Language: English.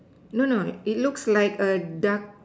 no no it looks like a dark